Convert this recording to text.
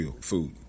food